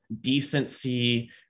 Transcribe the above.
decency